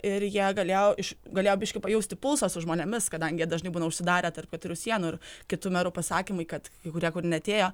ir jie galėjo iš galėjo biškį pajausti pulsą su žmonėmis kadangi jie dažnai būna užsidarę tarp keturių sienų ir kitų merų pasakymai kad kai kurie kur neatėjo